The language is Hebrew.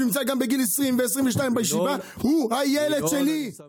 התשפ"ב, 9 בפברואר 2022. אני מתכבד לפתוח את מליאת